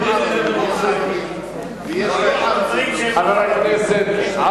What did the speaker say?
מה שייך הנוצרים?